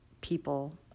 people